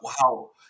Wow